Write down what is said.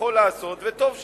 שבכוחו לעשות, וטוב שכך.